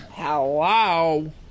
Hello